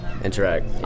Interact